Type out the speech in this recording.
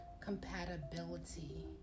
compatibility